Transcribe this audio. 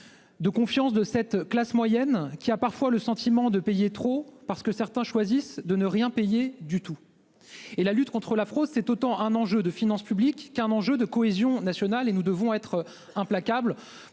nos concitoyens, de cette classe moyenne qui a parfois le sentiment de payer trop parce que certains choisissent de ne rien payer du tout. La lutte contre la fraude est un enjeu autant de finances publiques que de cohésion nationale, et nous devons être implacables